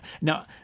Now